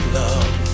love